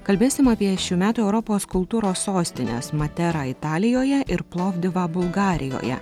kalbėsim apie šių metų europos kultūros sostinės materą italijoje ir plovdivą bulgarijoje